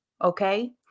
Okay